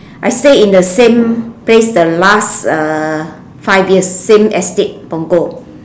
I stay in the same place the last uh five years same estate Punggol